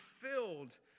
filled